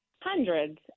hundreds